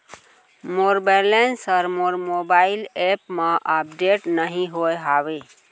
मोर balance हा मोर mobile app मा अपडेट नहीं होय हवे